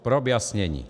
Pro vyjasnění.